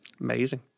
Amazing